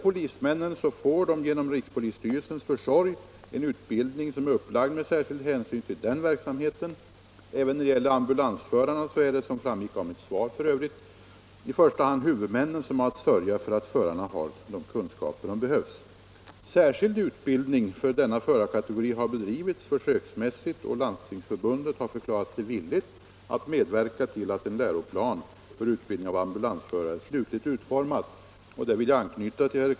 Polismännen får genom rikspolisstyrelsens försorg en utbildning som är upplagd med särskild hänsyn till den verksamheten. När det gäller ambulansförarna är det, som framgick av mitt svar, i första hand huvudmännen som har att sörja för att förarna får de kunskaper som behövs. Särskild utbildning för denna förarkategori har bedrivits försöksmässigt, och Landstingsförbundet har förklarat sig villigt att medverka till att en läroplan för utbildning av ambulansförare slutligt utformas.